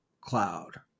cloud